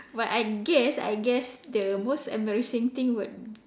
but I guess I guess the most embarrassing thing would